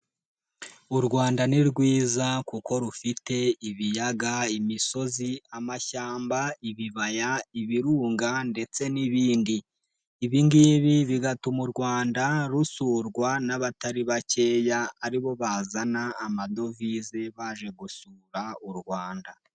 U Rwanda nirwiza kuko rufite ibiyaga, imisozi, amashyamba, ibibaya, ibirunga ndetse n'ibindi, ibingibi bigatuma u Rwanda rusurwa n'abatari bakeya, aribo bazana amadovize baje gusura u Rwanda.